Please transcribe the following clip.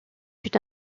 une